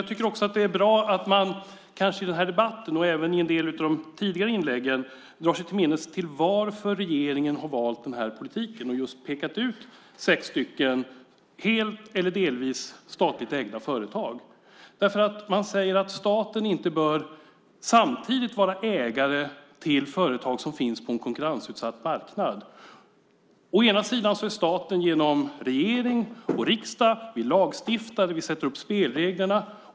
Jag tycker också att det är bra att man kanske i den här debatten och också i en del av de tidigare inläggen drar sig till minnes varför regeringen har valt den här politiken och just pekat ut sex helt eller delvis statligt ägda företag. Man säger att staten inte bör samtidigt vara ägare till företag som finns på en konkurrensutsatt marknad. Å ena sidan har staten genom regering och riksdag uppgiften att lagstifta och sätta upp spelreglerna.